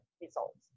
results